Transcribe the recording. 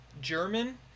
german